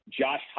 Josh